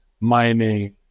mining